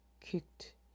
kicked